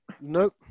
Nope